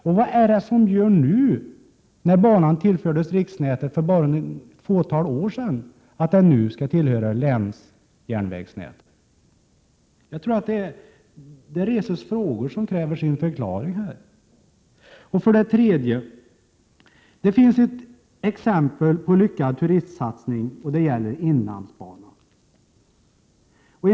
Banan tillfördes riksnätet för bara några år sedan, och jag undrar därför av vilken anledning den nu skall tillhöra länsjärnvägsnätet. Det reses frågor som kräver en förklaring. För det tredje finns det ett exempel på lyckad turistsatsning, och det gäller inlandsbanan.